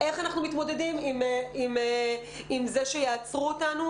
איך אנחנו מתמודדים עם זה שיעצרו אותנו?